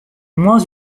moins